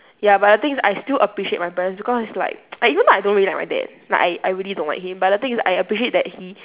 ya but the thing is I still appreciate my parents because it's like like even though I don't really like my dad like I I really don't like him but the thing is I appreciate that he